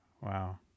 Wow